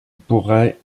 pourrait